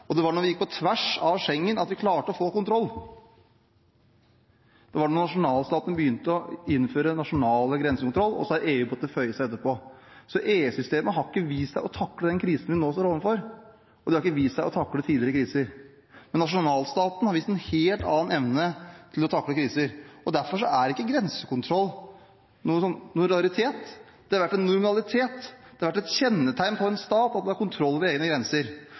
tiltak. Det var da vi gikk på tvers av Schengen, at vi klarte å få kontroll – da nasjonalstatene begynte å innføre nasjonal grensekontroll, og så har EU måttet føye seg etterpå. Så EU-systemet har ikke vist at det takler den krisen vi nå står overfor, og det har ikke vist at det takler kriser tidligere. Men nasjonalstaten har vist en helt annen evne til å takle kriser, og derfor er ikke grensekontroll noen raritet. Det har vært en normalitet, det har vært et kjennetegn på en stat at en har kontroll ved egne grenser.